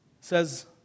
says